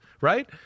right